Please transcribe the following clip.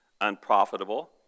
unprofitable